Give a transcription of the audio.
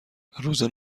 روز